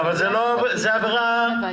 אולי